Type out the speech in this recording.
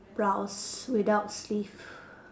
blouse without sleeve